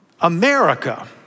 America